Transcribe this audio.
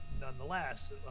nonetheless